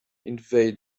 invade